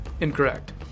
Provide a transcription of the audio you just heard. Incorrect